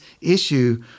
issue